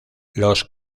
los